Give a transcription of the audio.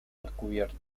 descubierta